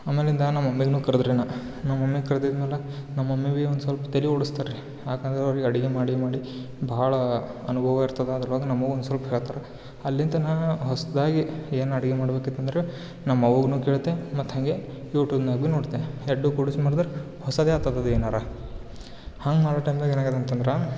ಆಮೇಲಿಂದ ನಮ್ಮ ಮಮ್ಮಿಗು ಕರ್ದೆ ನಾ ನಮ್ಮ ಮಮ್ಮಿಗು ಕರೆದಿದ್ನಲ್ಲ ನಮ್ಮ ಮಮ್ಮಿ ಬಿ ಒಂದು ಸ್ವಲ್ಪ್ ತಲೆ ಓಡಿಸ್ತಾರ್ ರೀ ಯಾಕಂದ್ರೆ ಅವರಿಗೆ ಅಡ್ಗೆ ಮಾಡಿ ಮಾಡಿ ಭಾಳ ಅನುಭವ ಇರ್ತದ ಅದ್ರೊಳಗೆ ನಮಗು ಒಂದು ಸ್ವಲ್ಪ್ ಹೇಳ್ತಾರೆ ಅಲ್ಲಿಂದ ನಾನು ಹೊಸದಾಗಿ ಏನು ಅಡ್ಗೆ ಮಾಡ್ಬೇಕಿತಂದ್ರ ನಮ್ಮ ಅವ್ವನು ಕೇಳ್ತೆ ಮತ್ತು ಹಂಗೆ ಯೂಟ್ಯೂಬ್ನಾಗು ನೋಡ್ತೆ ಎರಡು ಕೂಡಿಸಿ ಮಾಡಿದ್ರೆ ಹೊಸದೇ ಆತದದೇನರ ಹಂಗೆ ಮಾಡೋ ಟೈಮ್ದಾಗ ಏನಾಗದ ಅಂತಂದ್ರೆ